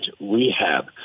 Rehab